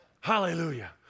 Hallelujah